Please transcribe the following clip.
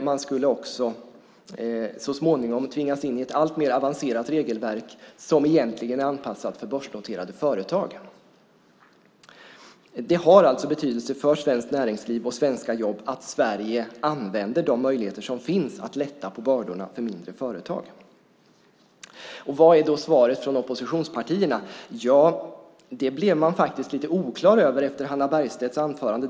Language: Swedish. Man skulle också så småningom tvingas in i ett alltmer avancerat regelverk som egentligen är anpassat för börsnoterade företag. Det har alltså betydelse för svenskt näringsliv och svenska jobb att Sverige använder de möjligheter som finns att lätta på bördorna för mindre företag. Vad är då svaret från oppositionspartierna? Det blev man faktiskt lite oklar över efter Hannah Bergstedts anförande.